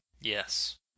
Yes